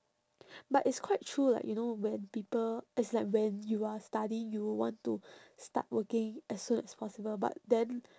but it's quite true like you know when people it's like when you are studying you will want to start working as soon as possible but then